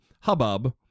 hubbub